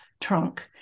trunk